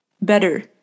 better